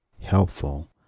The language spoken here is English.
helpful